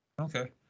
Okay